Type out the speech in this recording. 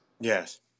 Yes